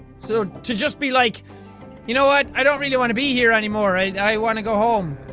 so to just be like you know what? i don't really want to be here anymore i i want to go home.